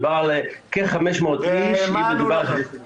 מדובר על כ-500 איש אם מדובר --- ומה ענו לכם?